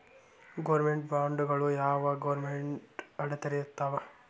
Government ಬಾಂಡ್ಗಳು ಯಾವ್ government ಅಂಡರಿರ್ತಾವ?